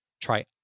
try